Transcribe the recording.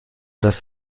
das